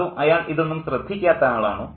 അതോ അയാൾ ഇതൊന്നും ശ്രദ്ധിക്കാത്ത ആളാണോ